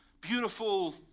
beautiful